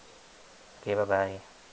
okay bye bye